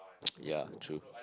yeah true